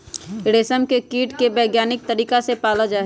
रेशम के कीट के वैज्ञानिक तरीका से पाला जाहई